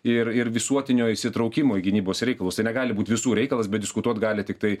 ir ir visuotinio įsitraukimo į gynybos reikalus tai negali būt visų reikalas bet diskutuot gali tiktai